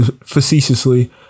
facetiously